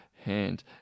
hand